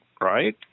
right